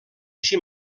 així